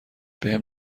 بهم